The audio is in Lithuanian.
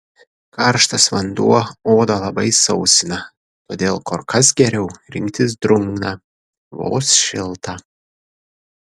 karštas vanduo odą labai sausina todėl kur kas geriau rinktis drungną vos šiltą